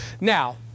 now